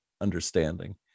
understanding